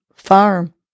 farm